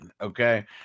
okay